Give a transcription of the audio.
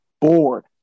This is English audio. bored